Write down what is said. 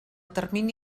termini